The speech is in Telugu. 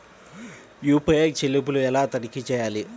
యూ.పీ.ఐ చెల్లింపులు ఎలా తనిఖీ చేయాలి?